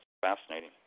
fascinating